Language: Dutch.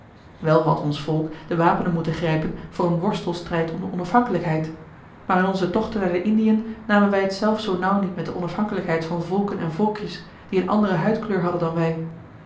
wel had ons volk de wapenen moeten grijpen voor een worstelstrijd om de onafhankelijkheid maar in onze tochten naar de indiën namen wij het zelf zoo nauw niet met de onafhankelijkheid van volken en volkjes die een andere huidkleur hadden dan wij